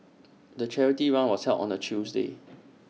the charity run was held on A Tuesday